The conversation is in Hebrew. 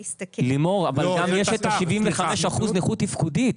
לימור, אבל יש גם את האנשים עם 75% נכות תפקודית.